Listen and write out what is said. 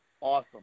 Awesome